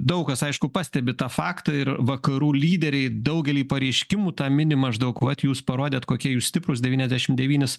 daug kas aišku pastebi tą faktą ir vakarų lyderiai daugely pareiškimų tą mini maždaug vat jūs parodėt kokie jūs stiprūs devyniasdešim devynis